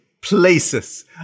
places